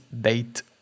date